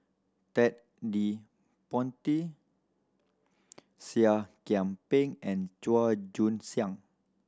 Ted De Ponti Seah Kian Peng and Chua Joon Siang